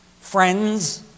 friends